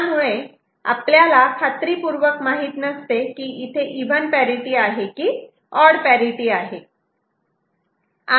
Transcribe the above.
त्यामुळे आपल्याला खात्रीपूर्वक माहित नसते की इथे इव्हन पॅरिटि आहे कीऑड पॅरिटि आहे